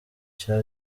cya